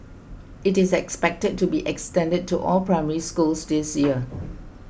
it is expected to be extended to all Primary Schools this year